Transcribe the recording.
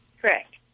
Correct